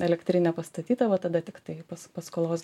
elektrinė pastatyta va tada tiktai pas paskolos